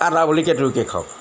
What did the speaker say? আদা বুলি কেঁতুৰীকে খাওক